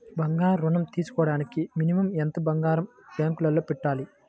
బంగారం ఋణం తీసుకోవడానికి మినిమం ఎంత బంగారం బ్యాంకులో పెట్టాలి?